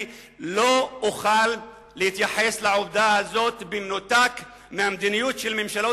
אני לא אוכל להתייחס לעובדה הזאת במנותק מהמדיניות של ממשלות